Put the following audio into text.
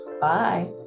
Bye